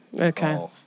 Okay